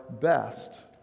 best